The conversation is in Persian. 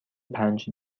پنج